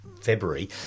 February